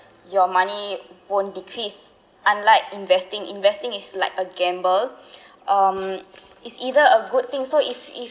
your money won't decrease unlike investing investing is like a gamble um it's either a good thing so if if